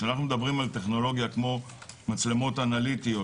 כשאנחנו מדברים על טכנולוגיה כמו מצלמות אנליטיות